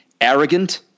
arrogant